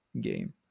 game